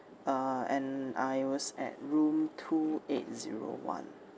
uh and I was at room two eight zero one